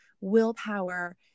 willpower